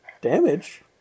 damage